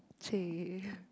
!chey!